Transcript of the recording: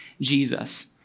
Jesus